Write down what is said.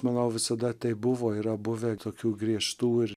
manau visada taip buvo yra buvę ir tokių griežtų ir